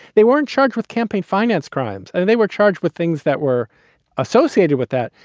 they weren't charged with campaign finance crimes and they were charged with things that were associated with that.